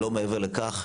לא מעבר לכך,